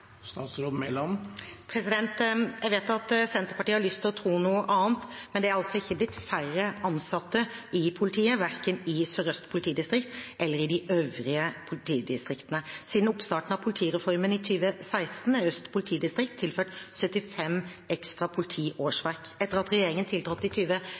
Jeg vet at Senterpartiet har lyst til å tro noe annet, men det er altså ikke blitt færre ansatte i politiet, verken i Sør-Øst politidistrikt eller i de øvrige politidistriktene. Siden oppstarten av politireformen i 2016 er Øst politidistrikt tilført 75 ekstra politiårsverk. Etter at regjeringen tiltrådte i